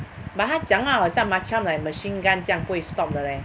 but 她讲话好像 macam like machine gun 这样不会 stop 的 leh